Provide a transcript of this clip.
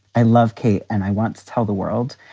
i love kate and i want to tell the world,